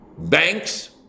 banks